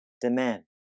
demand